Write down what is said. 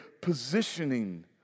positioning